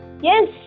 Yes